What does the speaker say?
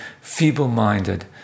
feeble-minded